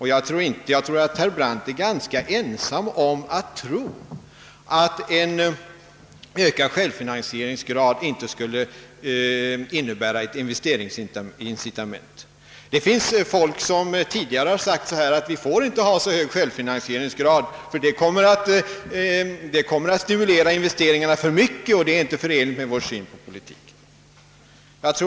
Herr Brandt är nog ganska ensam om att tro, att en ökad självfinansieringsgrad inte skulle innebära ett investeringsincitament. Det finns folk som tidigare har sagt, att vi inte får ha så hög självfinansieringsgrad, ty det kommer att stimulera investeringarna för mycket, vilket inte är förenligt med deras syn på politiken.